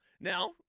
Now